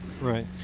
Right